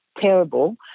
terrible